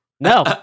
No